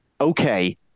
okay